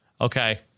Okay